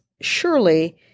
surely